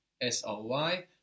S-O-Y